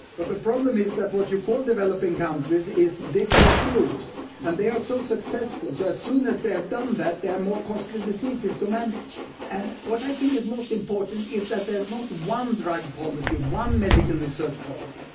but the problem is that what you call developing countries is different groups, and they are so successful. so as soon as they have done that, there are more costly diseases to manage. and what i think is most important is that there is not one drug policy, one medical research policy,